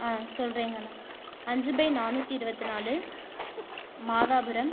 சொல்கிறேங்கண்ணா அஞ்சு பை நானூற்றி இருபத்தி நாலு மாதாபுரம்